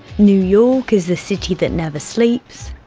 new york is the city that never sleeps,